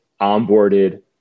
onboarded